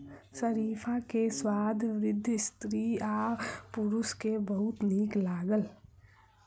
शरीफा के स्वाद वृद्ध स्त्री आ पुरुष के बहुत नीक लागल